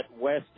West